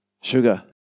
sugar